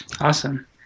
Awesome